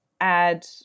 add